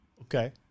okay